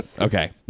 Okay